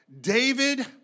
David